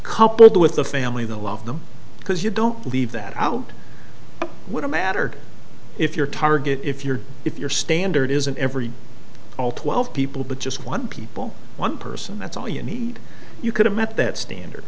coupled with the family the loss of them because you don't leave that out would it matter if your target if your if your standard isn't every all twelve people but just one people one person that's all you need you could have met that standard